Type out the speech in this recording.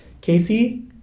Casey